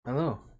Hello